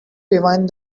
rewind